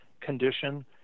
condition